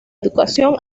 educación